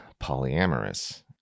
polyamorous